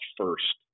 first